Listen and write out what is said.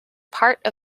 part